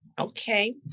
Okay